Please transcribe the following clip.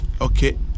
okay